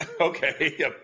Okay